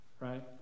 right